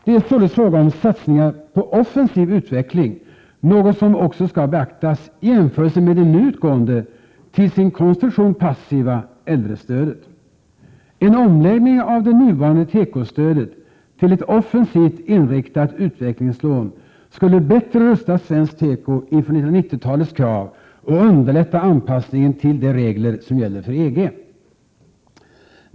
Det är således fråga om satsningar på offensiv utveckling, något som också skall beaktas i jämförelse med det nu utgående till sin konstruktion passiva äldrestödet. En omläggning av det nuvarande tekostödet till ett offensivt inriktat utvecklingslån skulle bättre rusta svensk teko inför 1990-talets krav och underlätta anpassningen till de regler som gäller för EG.